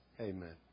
Amen